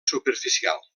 superficial